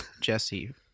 jesse